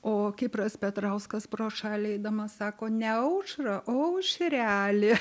o kipras petrauskas pro šalį eidamas sako ne aušra o aušrelė